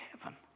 heaven